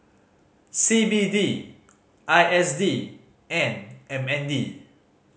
C B D I S D and M N D